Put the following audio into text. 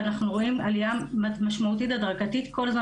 ואנחנו רואים עלייה משמעותית הדרגתית כל הזמן